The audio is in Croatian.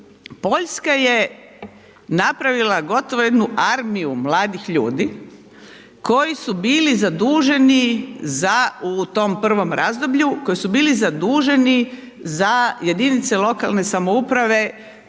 Poljska je napravila gotovo jednu armiju mladih ljudi koji su bili zaduženi za, u tom prvom razdoblju, koji su bili zaduženi za jedinice lokalne samouprave,